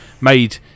made